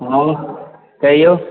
हाँ कहियौ